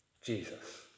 Jesus